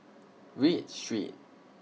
Read Street